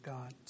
God